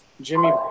Jimmy